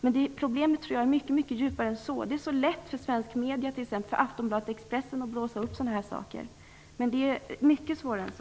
Men jag tror att problemet är mycket djupare än så. Det är så lätt för svenska medier, t.ex. Aftonbladet och Expressen, att blåsa upp sådana här händelser, men det är mycket svårare än så.